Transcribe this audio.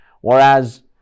Whereas